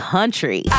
Country